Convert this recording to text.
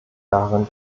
daran